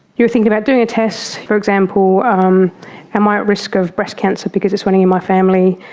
you're thinking about doing a test, for example um am i at risk of breast cancer because it's running in my family,